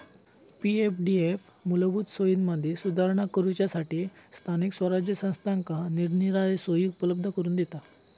पी.एफडीएफ मूलभूत सोयींमदी सुधारणा करूच्यासठी स्थानिक स्वराज्य संस्थांका निरनिराळे सोयी उपलब्ध करून दिता